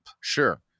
Sure